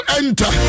enter